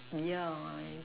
yeah